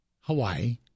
Hawaii